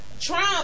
Trump